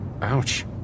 Ouch